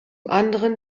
anderen